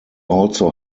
also